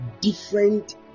different